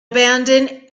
abandoned